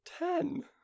Ten